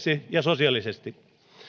ja sosiaalisesti